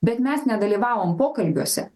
bet mes nedalyvavom pokalbiuose